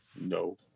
No